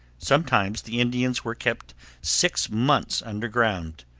sometimes the indians were kept six months under ground,